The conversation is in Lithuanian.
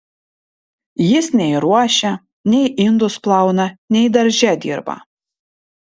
jis nei ruošia nei indus plauna nei darže dirba